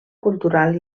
cultural